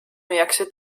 müüakse